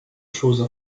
choses